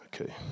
okay